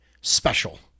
special